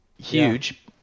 huge